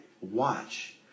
watch